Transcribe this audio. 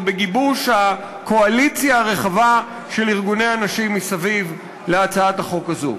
ובגיבוש הקואליציה הרחבה של ארגוני הנשים מסביב להצעת החוק הזו.